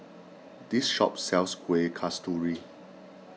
this shop sells Kueh Kasturi